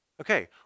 Okay